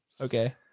Okay